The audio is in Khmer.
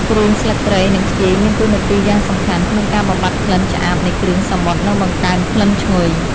គ្រឿងស្លឹកគ្រៃនិងខ្ជាយមានតួនាទីយ៉ាងសំខាន់ក្នុងការបំបាត់ក្លិនឆ្អាបនៃគ្រឿងសមុទ្រនិងបង្កើនក្លិនឈ្ងុយ។